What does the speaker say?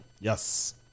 Yes